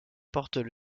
portent